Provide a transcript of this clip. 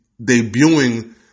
debuting